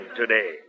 today